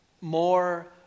more